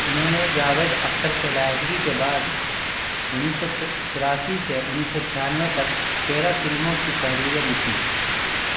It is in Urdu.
انہوں نے جاوید اختر سے علاحدگی کے بعد انیس سو تیراسی سے انیس چھیانوے تک تیرہ فلموں کی تحریریں لکھیں